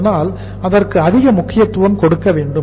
அதனால் அதற்கு அதிக முக்கியத்துவம் கொடுக்க வேண்டும்